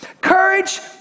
Courage